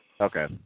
Okay